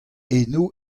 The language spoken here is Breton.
eno